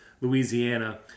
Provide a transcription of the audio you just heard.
Louisiana